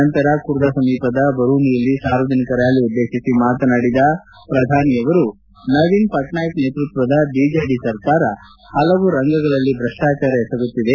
ನಂತರ ಖುರ್ದ ಸಮೀಪದ ಬರೂನಿಯಲ್ಲಿ ಸಾರ್ವಜನಿಕರ ರ್ಕಾಲಿ ಉದ್ನೇತಿಸಿ ಮಾತನಾಡಿದ ಪ್ರಧಾನಮಂತ್ರಿ ನರೇಂದ್ರ ಮೋದಿ ನವೀನ್ ಪಟ್ನಾಯಕ್ ನೇತೃತ್ವದ ಬಿಜೆಡಿ ಸರ್ಕಾರ ಹಲವಾರು ರಂಗಗಳಲ್ಲಿ ಭ್ರಷ್ಟಾಚಾರ ಎಸಗುತ್ತಿದೆ